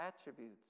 attributes